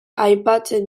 aipatzen